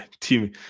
team